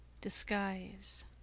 disguise